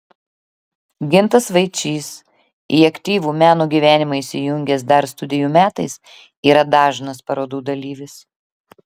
gintas vaičys į aktyvų meno gyvenimą įsijungęs dar studijų metais yra dažnas parodų dalyvis